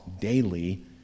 daily